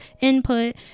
input